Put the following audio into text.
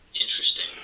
interesting